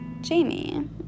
Jamie